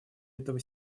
этого